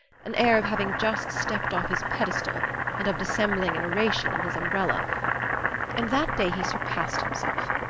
an air of having just stepped off his pedestal and of dissembling an oration in his umbrella and that day he surpassed himself.